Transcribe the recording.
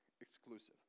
exclusive